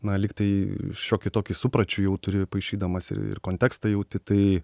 na lygtai šiokį tokį supračių jau turi paišydamas ir ir kontekstą jauti tai